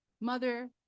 mother